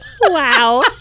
Wow